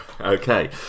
Okay